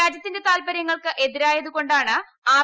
രാജ്യത്തിന്റെ താൽപര്യങ്ങൾക്ക് എതിരായതുകൊണ്ടാണ് ആർ